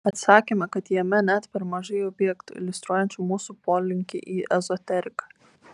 atsakė kad jame net per mažai objektų iliustruojančių mūsų polinkį į ezoteriką